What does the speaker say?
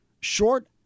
short